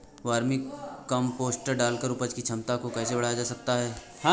Vermi compost डालकर उपज की क्षमता को कैसे बढ़ाया जा सकता है?